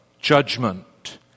judgment